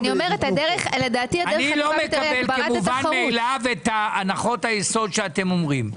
איני מקבל כמובן מאליו את הנחות היסוד שאתם אומרים.